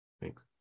thanks